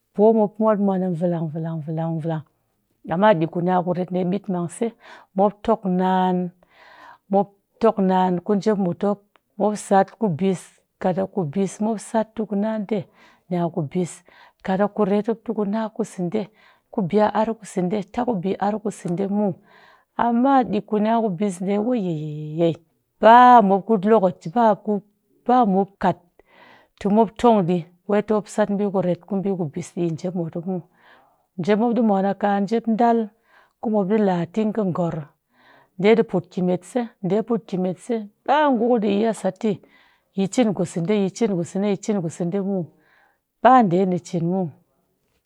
Poomop mwan mwaan a velang velang velang velang amma ɗik kunya ku ret ɓitmangse kat mop tok naan, mop tok naan ku njep mut mop, mop sat kubis kat kubis mop sat te kuna ɗe nya kubis kat a kuret mop tɨ kuna kuseɗe, ku bi a ar kuseɗe tap ku bii a ar kuseɗe muw. Amma ɗik kunya kubis ɗe wayeyeye ba mop ku lokaci ba mop ku ba mop kat tɨ mop tong ɗii tɨ mop sat ɓii kubis ɗii ku njep mut muw, njep mop ɗii mwan a kaa njep dal ku mop ɗii laa ting kɨ ngor ḏe ɗii put kimetse ḏe put ki metse ba ngu ɗii iya sattɨ yi cin kuseɗe yi cin kuseɗe muw ba ḏe ni cin muw